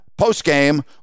postgame